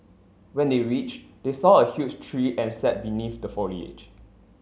when they reached they saw a huge tree and sat beneath the foliage